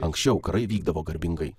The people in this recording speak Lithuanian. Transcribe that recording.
anksčiau karai vykdavo garbingai